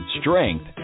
strength